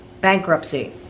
bankruptcy